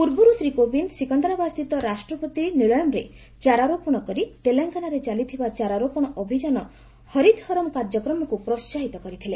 ପୂର୍ବରୁ ଶ୍ରୀ କୋବିନ୍ଦ ସିକନ୍ଦରାବାଦସ୍ଥିତ ରାଷ୍ଟ୍ରପତି ନିଳୟମରେ ଚାରାରୋପଣ କରି ତେଲେଙ୍ଗାନାରେ ଚାଲିଥିବା ଚାରାରୋପଣ ଅଭିଯାନ ହରିତହରମ କାର୍ଯ୍ୟକ୍ମକ୍ତ ପ୍ରୋସାହିତ କରିଥିଲେ